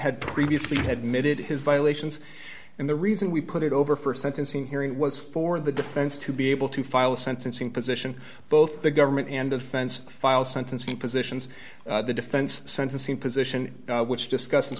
had previously had made it his violations and the reason we put it over for a sentencing hearing was for the defense to be able to file a sentencing position both d the government and offense file sentencing positions the defense sentencing position which discuss